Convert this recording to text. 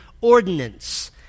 ordinance